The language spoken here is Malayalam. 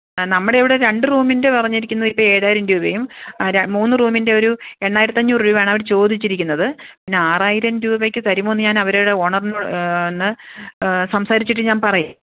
ആ നമ്മുടെ ഇവിടെ ഒരു രണ്ട് റൂമിന്റെ പറഞ്ഞിരിക്കുന്നത് ഇപ്പം ഏഴായിരം രൂപയും മൂന്ന് റൂമിന്റെ ഒരു എണ്ണായിരത്തഞ്ഞൂറ് രൂപയാണ് അവർ ചോദിച്ചിരിക്കുന്നത് പിന്നെ ആറായിരം രൂപയ്ക്ക് തരുമോ എന്ന് ഞാന് അവരുടെ ഓണറിനോട് ഒന്ന് സംസാരിച്ചിട്ട് ഞാൻ പറയ്